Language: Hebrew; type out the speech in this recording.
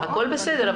הכול בסדר,